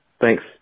Thanks